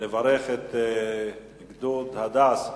לברך את גדוד הדס,